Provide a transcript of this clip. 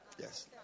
Yes